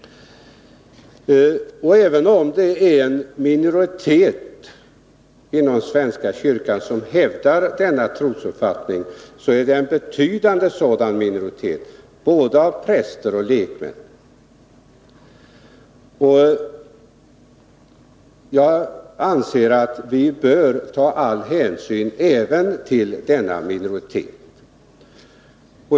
Även om det är en minoritet inom svenska kyrkan som hävdar denna trosuppfattning, är det en betydande minoritet, både av präster och av lekmän. Jag anser att vi bör ta all hänsyn även till denna minoritet.